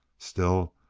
still,